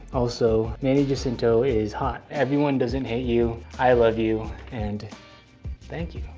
also, manny jacinto is hot. everyone doesn't hate you. i love you and thank you.